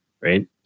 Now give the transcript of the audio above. right